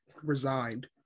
resigned